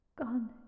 Gone